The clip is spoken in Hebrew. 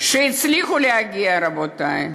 שהצליחו להגיע, רבותי.